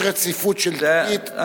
יש רציפות שלטונית.